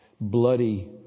bloody